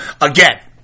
again